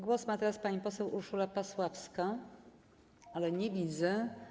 Głos ma teraz pani poseł Urszula Pasławska, ale jej nie widzę.